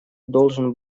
должен